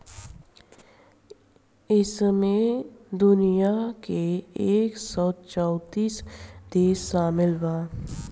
ऐइमे दुनिया के एक सौ चौतीस देश सामिल बा